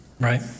right